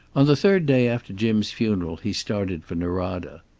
on the third day after jim's funeral he started for norada.